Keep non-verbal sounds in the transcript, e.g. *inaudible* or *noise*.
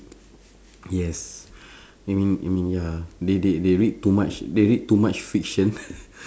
yes *breath* I mean I mean ya they they they read too much they read too much fiction *breath*